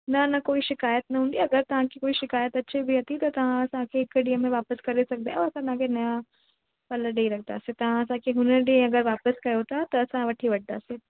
न न कोई शिकायत न हूंदी अगरि तव्हांखे कोई शिकायत अचे बि अथी त तव्हां असांखे हिकु ॾींहं में वापसि करे सघंदा आहियो असां तव्हांखे न फल ॾेई रखंदासे तव्हां असांखे हुन ॾींहुं अगरि वापसि कयो था त असां वठी वठंदासे